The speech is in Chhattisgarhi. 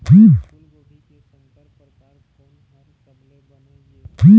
फूलगोभी के संकर परकार कोन हर सबले बने ये?